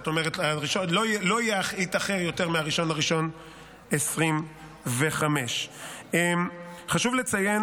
לא יתאחר יותר מ-1 בינואר 2025. חשוב לציין